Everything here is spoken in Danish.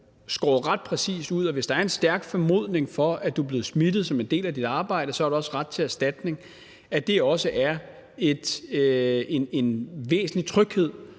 skåret ret præcist ud, at hvis der er en stærk formodning om, at du er blevet smittet som en del af dit arbejde, så har du også ret til erstatning – er det også en væsentlig tryghed